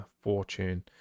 Fortune